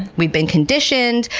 we've been conditioned.